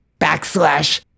backslash